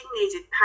needed